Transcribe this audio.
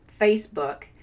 Facebook